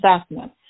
assessment